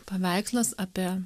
paveikslas apie